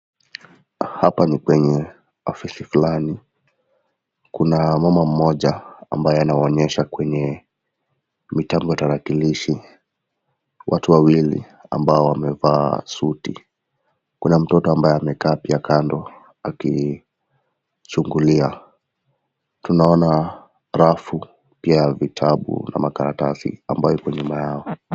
Hapa ni kwenye ofisi fulani, kuna mama mmoja ambaye anawaonyesha kwenye mitambo ya tarakilishi watu wawili ambao wamevaa suti kuna mtoto ambaye amekaa pia kando akichungulia, tunaona rafu pia ya vitabu na makaratasi ambayo iko nyuma yao.